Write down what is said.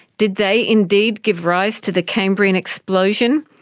did they indeed give rise to the cambrian explosion?